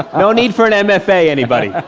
no need for an and mfa, anybody.